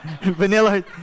Vanilla